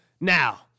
Now